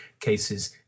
cases